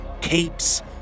capes